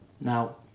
Now